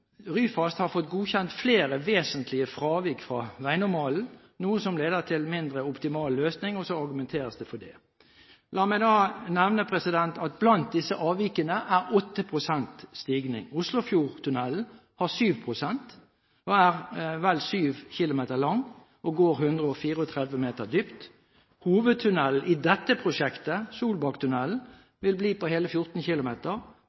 Ryfast har fått godkjent flere vesentlige fravik fra vegnormalen, noe som leder til en mindre optimal løsning.» – Og så argumenteres det for dette. La meg nevne at blant disse avvikene er det 8 pst. stigning. Oslofjordtunnelen har 7 pst., er vel 7 km lang og går 134 m dypt. Hovedtunnelen i dette prosjektet, Solbakktunnelen, vil bli på hele 14 km